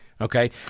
Okay